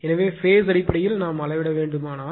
எனவே பேஸ் அடிப்படையில் நாம் அளவிட வேண்டுமானால்